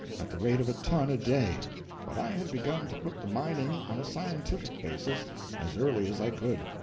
at the rate of a ton a day but i had begun to put the mining on a scientific basis as early as i could.